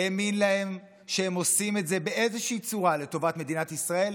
האמין להם שהם עושים את זה באיזושהי צורה לטובת מדינת ישראל,